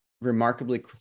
remarkably